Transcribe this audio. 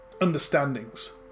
understandings